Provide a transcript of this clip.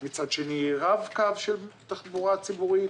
רב קו של תחבורה ציבורית,